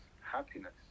happiness